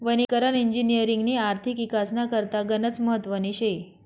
वनीकरण इजिनिअरिंगनी आर्थिक इकासना करता गनच महत्वनी शे